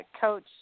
Coach